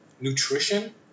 nutrition